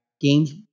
games